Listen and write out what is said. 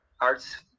Arts